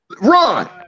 Ron